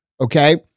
okay